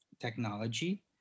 technology